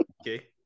Okay